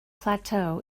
plateau